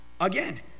Again